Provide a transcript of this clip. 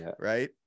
right